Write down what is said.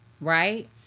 right